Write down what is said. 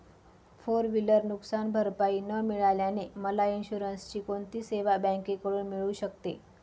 Four wheeler नुकसानभरपाई न मिळाल्याने मला इन्शुरन्सची कोणती सेवा बँकेकडून मिळू शकते?